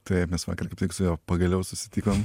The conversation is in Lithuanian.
taip mes vakar kaip tik su juo pagaliau susitikom